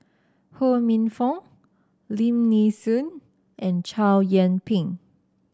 Ho Minfong Lim Nee Soon and Chow Yian Ping